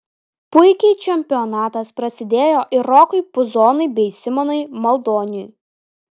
puikiai čempionatas prasidėjo ir rokui puzonui bei simonui maldoniui